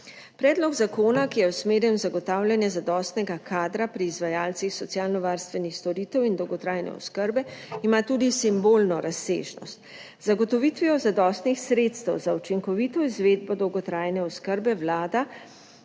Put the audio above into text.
Predlog zakona, ki je usmerjen v zagotavljanje zadostnega kadra pri izvajalcih socialnovarstvenih storitev in dolgotrajne oskrbe, ima tudi simbolno razsežnost. Z zagotovitvijo zadostnih sredstev za učinkovito izvedbo dolgotrajne oskrbe vlada